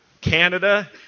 Canada